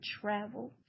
travel